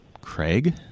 Craig